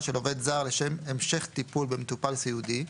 של עובד זר לשם המשך טיפול במטופל סיעודי,